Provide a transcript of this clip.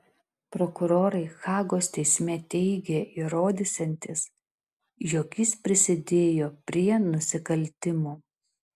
prokurorai hagos teisme teigė įrodysiantys jog jis prisidėjo prie nusikaltimų